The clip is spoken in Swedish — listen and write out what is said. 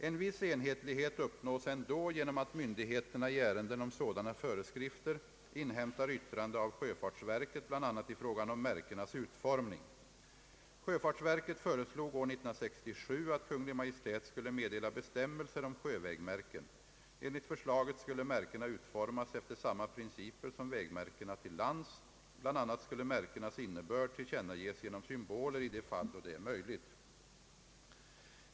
En viss enhetlighet uppnås ändå genom att myndigheterna i ärenden om sådana föreskrifter inhämtar yttrande av sjöfartsverket bl.a. i frågan om märkenas utformning. Sjöfartsverket föreslog år 1967 att Kungl. Maj:t skulle meddela bestämmelser om sjövägmärken. Enligt förslaget skulle märkena utformas efter samma principer som vägmärkena till lands. Bl. a. skulle märkenas innebörd tillkännages genom symboler i de fall då det är möjligt.